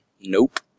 nope